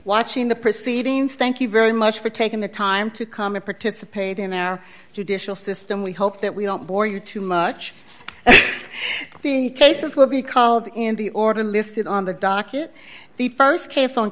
watching the proceedings thank you very much for taking the time to come and participate in our judicial system we hope that we don't bore you too much the cases will be called in the order listed on the docket the st case on